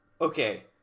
okay